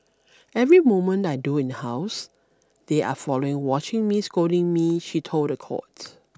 every moment I do in house they are following watching me scolding me she told the court